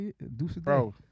Bro